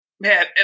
Man